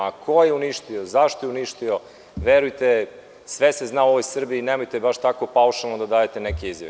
Ko je uništio, zašto je uništio, verujte, sve se zna u ovoj Srbiji, nemojte baš tako paušalno da dajete neke izjave.